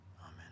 Amen